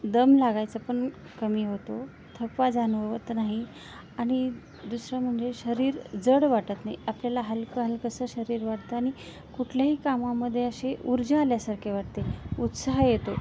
दम लागायचा पण कमी होतो थकवा जाणवत नाही आणि दुसरं म्हणजे शरीर जड वाटत नाही आपल्याला हलकं हलकंसं शरीर वाटतं आणि कुठल्याही कामामध्ये अशी ऊर्जा आल्यासारखे वाटते उत्साह येतो